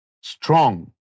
strong